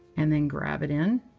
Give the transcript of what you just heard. and then grab it in.